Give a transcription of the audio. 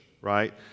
right